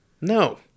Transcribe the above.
No